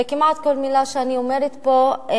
וכמעט כל מלה שאני אומרת פה,